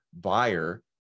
buyer